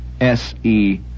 S-E